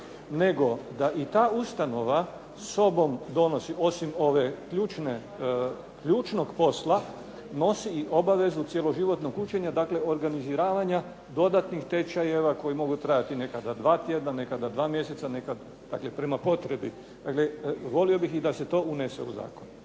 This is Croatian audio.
nego da i ta ustanova sobom donosi, osim ove ključne, ključnog posla nosi i obavezu cjeloživotnog učenja, dakle organiziravanja dodatnih tečajeva koji mogu trajati nekada dva tjedna, nekada dva mjeseca, nekad, dakle prema potrebi. Dakle volio bih i da se to unese u zakon.